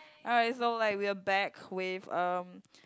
alright so like we're back with um